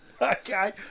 Okay